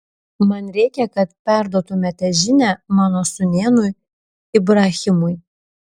man reikia kad perduotumėte žinią mano sūnėnui ibrahimui